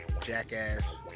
Jackass